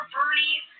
Bernie